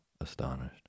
astonished